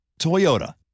Toyota